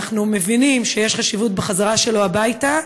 אנחנו מבינים שיש חשיבות בחזרה שלו הביתה,